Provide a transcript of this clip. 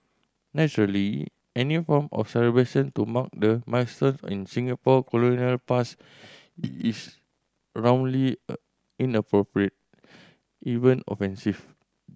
naturally any form of celebration to mark the milestones in Singapore colonial past is roundly a even offensive